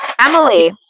Emily